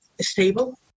stable